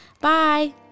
bye